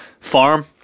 Farm